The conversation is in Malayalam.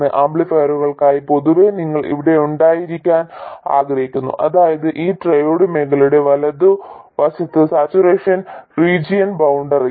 ആംപ്ലിഫയറുകൾക്കായി പൊതുവെ നിങ്ങൾ ഇവിടെ ഉണ്ടായിരിക്കാൻ ആഗ്രഹിക്കുന്നു അതായത് ഈ ട്രയോഡ് മേഖലയുടെ വലതുവശത്ത് സാച്ചുറേഷൻ റീജിയൻ ബൌണ്ടറിയിൽ